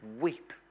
weep